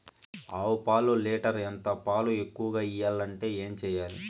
ఆవు పాలు లీటర్ ఎంత? పాలు ఎక్కువగా ఇయ్యాలంటే ఏం చేయాలి?